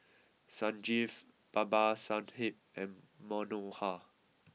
Sanjeev Babasaheb and Manohar